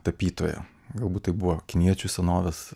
tapytoją galbūt tai buvo kiniečių senovės